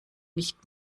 nicht